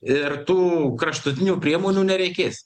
ir tų kraštutinių priemonių nereikės